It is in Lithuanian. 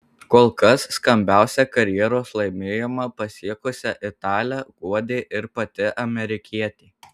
kol kas skambiausią karjeros laimėjimą pasiekusią italę guodė ir pati amerikietė